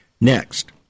Next